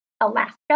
Alaska